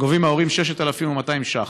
גובים מההורים 6,200 שקל,